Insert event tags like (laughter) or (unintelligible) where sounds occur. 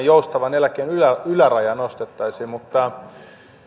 (unintelligible) joustavan eläkeiän ylärajaa nostettaisiin mutta